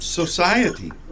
society